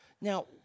Now